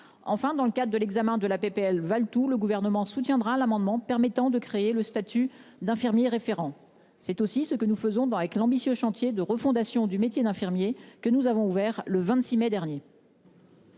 Enfin dans le cadre de l'examen de la PPL Valletoux le gouvernement soutiendra l'amendement permettant de créer le statut d'infirmier référent. C'est aussi ce que nous faisons dans avec l'ambitieux chantier de refondation du métier d'infirmier que nous avons ouvert le 26 mai dernier.